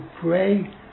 pray